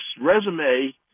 resume